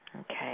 Okay